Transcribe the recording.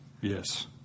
Yes